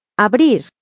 Abrir